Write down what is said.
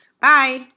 bye